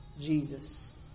Jesus